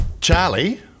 Charlie